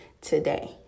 today